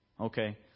Okay